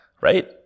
right